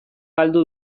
galdu